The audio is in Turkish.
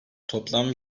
toplam